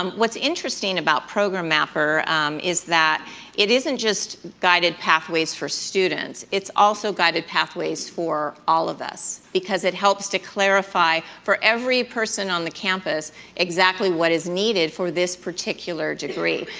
um what's interesting about program mapper is that it isn't just guided pathways for students, it's also guided pathways for all of us, because it helps to clarify for every person on the campus exactly what is needed for this particular degree.